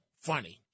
funny